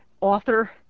author